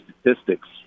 statistics